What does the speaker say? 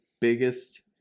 biggest